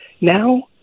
Now